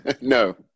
no